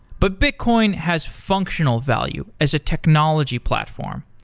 but bitcoin has functional value as a technology platform.